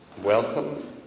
welcome